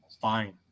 fine